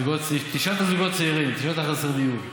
תשאל את הזוגות הצעירים, תשאל את חסרי הדיור.